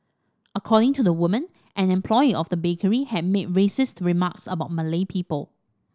according to the woman an employee of the bakery had made racist remarks about Malay people